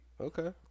Okay